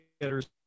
getters